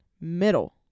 Middle